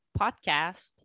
podcast